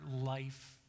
life